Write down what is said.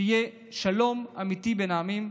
שיהיה שלום אמיתי בין העמים.